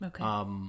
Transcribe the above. Okay